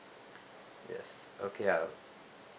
yes okay I'll